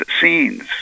scenes